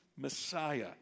Messiah